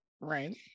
Right